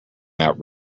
that